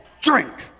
Drink